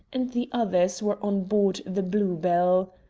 and the others were on board the blue-bell.